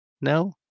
no